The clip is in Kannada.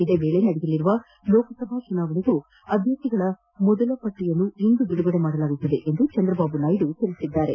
ಇದೇ ವೇಳೆ ನಡೆಯಲಿರುವ ಲೋಕಸಭಾ ಚುನಾವಣೆಗೂ ಅಭ್ಲರ್ಥಿಗಳ ಮೊದಲ ಪಟ್ಲಯನ್ನೂ ಇಂದು ಬಿಡುಗಡೆ ಮಾಡಲಾಗುವುದು ಎಂದು ಚಂದ್ರಬಾಬು ನಾಯ್ಡು ತಿಳಿಸಿದರು